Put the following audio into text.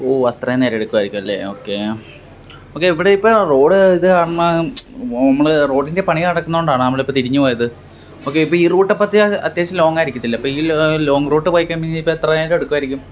ഓ അത്രേം നേരം എടുക്കുമായിരിക്കുവല്ലേ ഓക്കേ ഓക്കെ ഇവിടെയിപ്പോൾ റോഡ് ഇത് കാണ്മാ നമ്മൾ റോഡിന്റെ പണി നടക്കുന്നോണ്ടാണോ നമ്മളിപ്പോൾ തിരിഞ്ഞുപോയത് ഓക്കെ ഇപ്പോൾ ഈ റൂട്ടപ്പോൾ അത്യാവശ്യം ലോങ്ങായിരിക്കത്തില്ലേ അപ്പോൾ ഈ ലോങ് റൂട്ട് പോയിക്കഴിയുമ്പം ഇനി ഇപ്പോൾ എത്ര നേരം എടുക്കുമായിരിക്കും